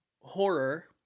Horror